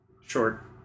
short